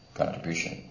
contribution